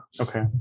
Okay